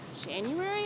January